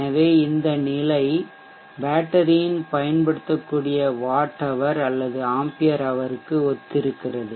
எனவே இந்த நிலை பேட்டரியின் பயன்படுத்தக்கூடிய வாட் ஹவர் அல்லது ஆம்பியர் ஹவர்க்கு ஒத்திருக்கிறது